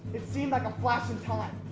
it seemed like a flash in time.